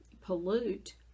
pollute